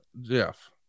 Jeff